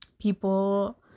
people